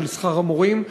של שכר המורים,